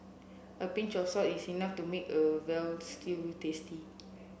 a pinch of salt is enough to make a veal stew tasty